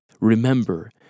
Remember